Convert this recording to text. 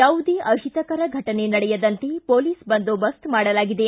ಯಾವುದೇ ಅಹಿತಕರ ಫಟನೆ ನಡೆಯದಂತೆ ಪೊಲೀಸ್ ಬಂದೋಬಸ್ತ್ ಮಾಡಲಾಗಿದೆ